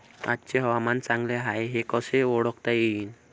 आजचे हवामान चांगले हाये हे कसे ओळखता येईन?